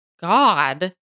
God